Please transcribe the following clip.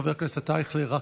חבר הכנסת אייכלר,